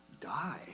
die